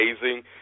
amazing